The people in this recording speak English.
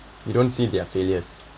you don't see their failures